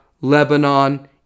Lebanon